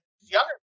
younger